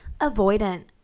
avoidant